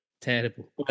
Terrible